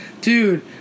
dude